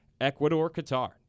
Ecuador-Qatar